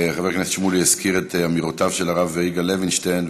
חבר הכנסת שמולי הזכיר את אמירותיו של הרב יגאל לוינשטיין.